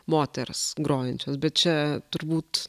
moters grojančios bet čia turbūt